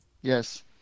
yes